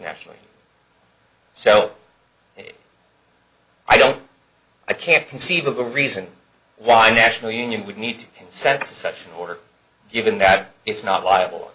national so i don't i can't conceive of a reason why national union would need to consent to such an order given that it's not liable